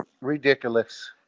Ridiculous